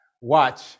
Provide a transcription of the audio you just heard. Watch